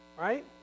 Right